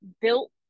built